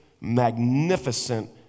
magnificent